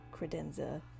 credenza